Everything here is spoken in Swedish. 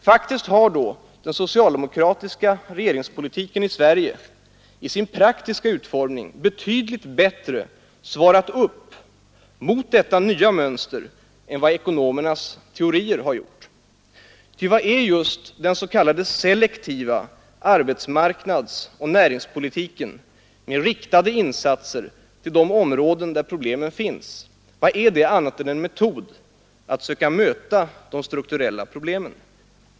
Faktiskt har då den socialdemokratiska regeringspolitiken i Sverige i sin praktiska utformning betydligt bättre svarat mot dessa nya mönster än vad ekonomernas teorier har gjort. Ty vad är just den s.k. selektiva arbetsmarknadsoch näringspolitiken med riktade insatser till de områden där problemen finns, vad är den annat än en metod att söka möta de strukturella problemen?